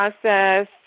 process